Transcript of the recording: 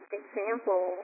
example